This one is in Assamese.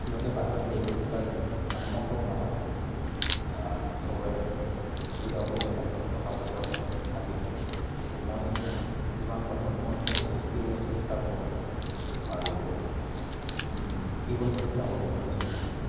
ইিহঁতে বাহিৰত গৈ পেলাই শিকাৰ ইমান সম্ভৱ নহয় চবৰে সুবিধা অসুবিধা থাকে টকা পইচাৰ অভাৱ থাকে মই যিমান পাৰোঁ নতুনত্ব বস্তু শিকিবলৈ চেষ্টা কৰোঁ আৰু দিবলৈ চেষ্টা কৰোঁ নতুন বস্তু